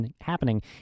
happening